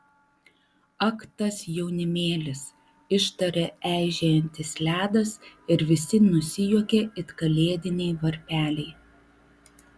ak tas jaunimėlis ištarė eižėjantis ledas ir visi nusijuokė it kalėdiniai varpeliai